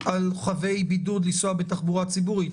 על מחויבי בידוד לנסוע בתחבורה ציבורית.